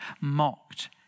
mocked